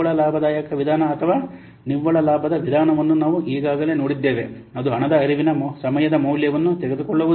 ನಿವ್ವಳ ಲಾಭದಾಯಕ ವಿಧಾನ ಅಥವಾ ನಿವ್ವಳ ಲಾಭದ ವಿಧಾನವನ್ನು ನಾವು ಈಗಾಗಲೇ ನೋಡಿದ್ದೇವೆ ಅದು ಹಣದ ಹರಿವಿನ ಸಮಯದ ಮೌಲ್ಯವನ್ನು ತೆಗೆದುಕೊಳ್ಳುವುದಿಲ್ಲ